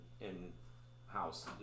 in-house